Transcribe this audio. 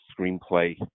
screenplay